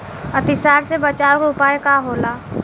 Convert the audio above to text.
अतिसार से बचाव के उपाय का होला?